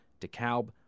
DeKalb